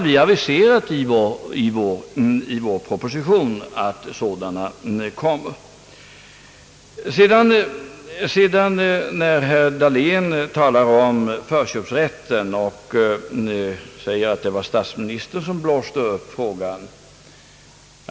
Vi har i vår proposition aviserat att sådana åtgärder kommer. Herr Dahlén talade om förköpsrätten och påstod, att det var statsministern som blåste upp frågan.